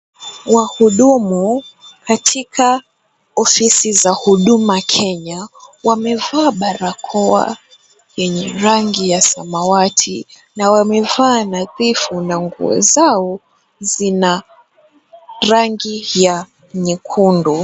Wahudumu katika ofisi za Huduma Kenya wamevaa barakoa yenye rangi ya samawati na wamevaa nadhifu na nguo zao zina rangi ya nyekundu.